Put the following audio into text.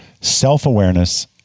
self-awareness